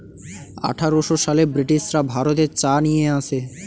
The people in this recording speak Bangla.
আঠারোশো সালে ব্রিটিশরা ভারতে চা নিয়ে আসে